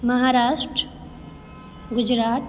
Maharashtra Gujarat